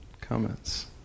Comments